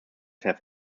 have